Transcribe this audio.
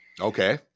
Okay